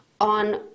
on